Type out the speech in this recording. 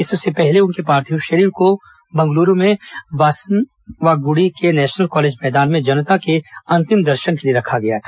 इससे पहले उनके पार्थिव शरीर को बंगलुरू में वासवनागुड़ी के नेशनल कॉलेज मैदान में जनता के अन्तिम दर्शनों के लिए रखा गया था